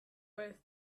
way